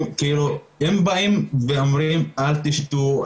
אם באים ואומרים אל תשתו,